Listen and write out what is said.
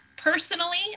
personally